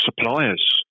suppliers